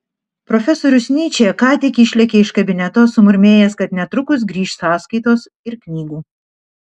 profesorius nyčė ką tik išlėkė iš kabineto sumurmėjęs kad netrukus grįš sąskaitos ir knygų